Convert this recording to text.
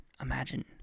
imagine